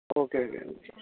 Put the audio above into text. okay okay okay